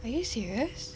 are you serious